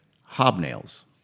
hobnails